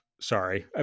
Sorry